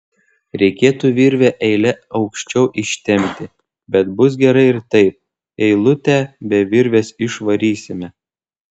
reikėtų virvę eile aukščiau ištempti bet bus gerai ir taip eilutę be virvės išvarysime